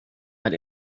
had